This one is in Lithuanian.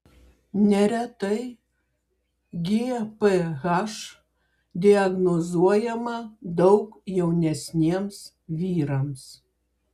neretai gph diagnozuojama daug jaunesniems vyrams